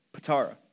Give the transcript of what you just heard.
Patara